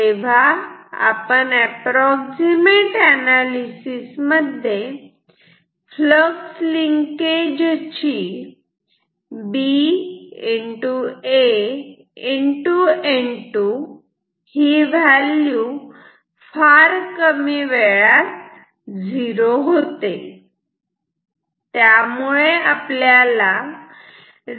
तेव्हा आपण approximate analysis मध्ये फ्लक्स लिंकेज ची B A N2 ही व्हॅल्यू फार कमी वेळात झिरो होते